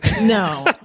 No